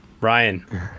Ryan